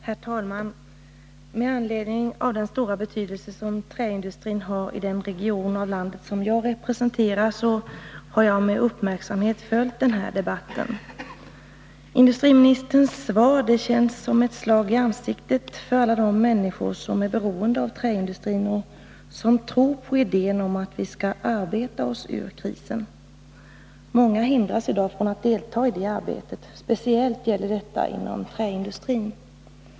Herr talman! Med anledning av den stora betydelse som träindustrin har i den region av landet som jag representerar har jag med uppmärksamhet följt denna debatt. Industriministerns svar känns som ett slag i ansiktet för alla de människor som är beroende av träindustrin och som tror på idén om att vi skall arbeta oss ut ur krisen. Många hindras i dag från att delta i det arbetet. Speciellt gäller detta inom träindustrin.